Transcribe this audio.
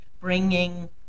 bringing